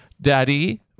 Daddy